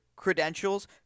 Credentials